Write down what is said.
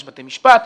יש בתי משפט.